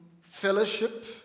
fellowship